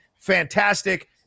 fantastic